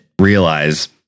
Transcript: realize